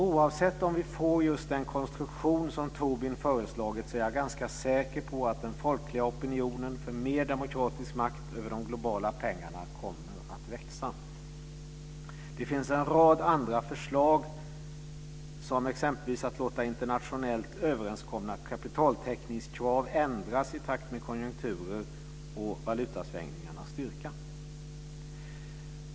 Oavsett om vi får just den konstruktion som Tobin föreslagit är jag ganska säker på att den folkliga opinionen för mer demokratisk makt över de globala pengarna kommer att växa. Det finns en rad andra förslag, som exempelvis att låta internationellt överenskomna kapitaltäckningskrav ändras i takt med konjunkturer och valutasvängningarnas styrka.